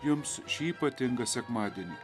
jums šį ypatingą sekmadienį